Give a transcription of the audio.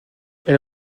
elle